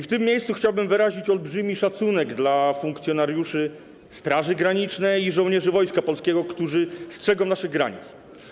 W tym miejscu chciałbym wyrazić olbrzymi szacunek dla funkcjonariuszy Straży Granicznej i żołnierzy Wojska Polskiego, którzy strzegą naszych granic.